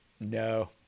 no